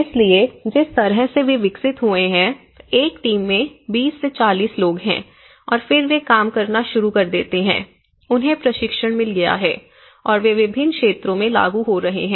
इसलिए जिस तरह से वे विकसित हुए हैं एक टीम में 20 से 40 लोग हैं और फिर वे काम करना शुरू कर देते हैं उन्हें प्रशिक्षण मिल गया है और वे विभिन्न क्षेत्रों में लागू हो रहे हैं